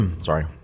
Sorry